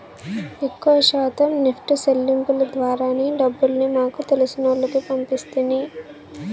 ఎక్కవ శాతం నెప్టు సెల్లింపుల ద్వారానే డబ్బుల్ని మాకు తెలిసినోల్లకి పంపిస్తిని